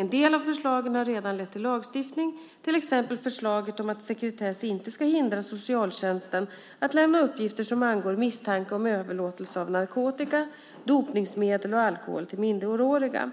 En del av förslagen har redan lett till lagstiftning, till exempel förslaget om att sekretess inte ska hindra socialtjänsten att lämna uppgifter som angår misstanke om överlåtelse av narkotika, dopningsmedel och alkohol till minderåriga.